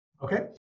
Okay